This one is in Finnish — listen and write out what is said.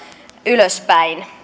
ylöspäin